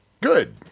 Good